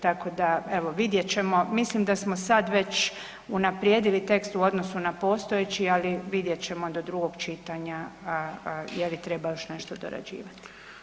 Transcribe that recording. Tako da, evo, vidjet ćemo, mislim da smo sad već unaprijedili tekst u odnosu na postojeći, ali vidjet ćemo do drugog čitanja je li treba još nešto dorađivati.